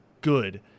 good